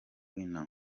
winner